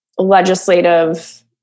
Legislative